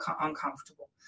uncomfortable